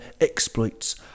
exploits